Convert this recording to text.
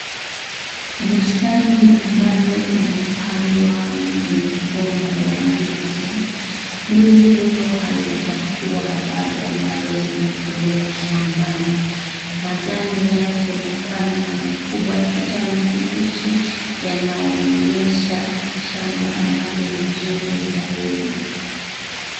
Bustani ambayo imepandwa migomba ya ndizi. Ndizi hizo hazijakuwa bado ambazo zinatolewa shambani. Majani yake mapana na makubwa ya kijani kibichi yanaonyesha shamba ambalo ni zuri zaidi.